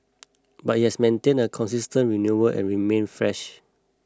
but it has maintained a consistent renewal and remained fresh